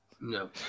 No